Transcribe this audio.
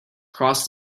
cross